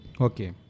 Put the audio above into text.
Okay